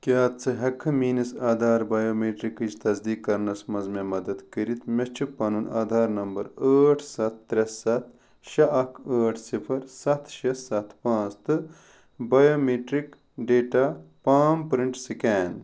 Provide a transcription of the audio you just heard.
کیٛاہ ژٕ ہیٚکہِ کھا میٛٲنس آدھار بایومیٹرکٕچ تصدیٖق کرنَس منٛز مےٚ مدد کٔرتھ مےٚ چھُ پنُن آدھار نمبر ٲٹھ ستھ ترٛےٚ ستھ شےٚ اکھ ٲٹھ صفر ستھ شےٚ ستھ پانٛژھ تہٕ biometric data palm print scan